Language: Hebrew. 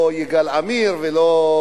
אפשר לדבר עשר דקות, אבל לא חייבים.